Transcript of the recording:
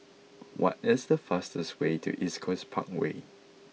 what is the fastest way to East Coast Parkway